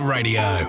Radio